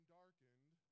darkened